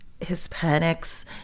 Hispanics